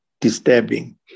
disturbing